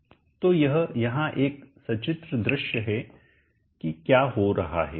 तो यह यहाँ एक सचित्र दृश्य है कि क्या हो रहा है